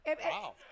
Wow